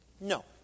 No